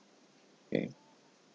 okay